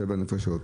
שבע נפשות,